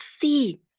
see